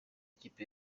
ikipe